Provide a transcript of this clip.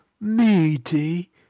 meaty